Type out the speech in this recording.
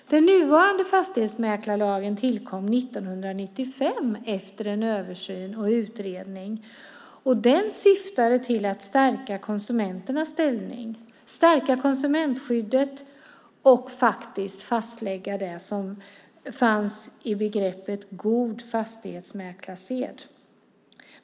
Den nuvarande fastighetsmäklarlagen tillkom 1995 efter en översyn och utredning. Den syftade till att stärka konsumenternas ställning, stärka konsumentskyddet och faktiskt fastlägga det som fanns i begreppet god fastighetsmäklarsed.